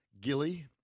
Gilly